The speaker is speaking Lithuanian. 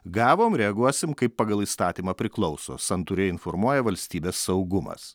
gavom reaguosim kaip pagal įstatymą priklauso santūriai informuoja valstybės saugumas